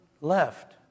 left